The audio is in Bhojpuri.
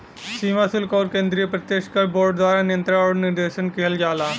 सीमा शुल्क आउर केंद्रीय प्रत्यक्ष कर बोर्ड द्वारा नियंत्रण आउर निर्देशन किहल जाला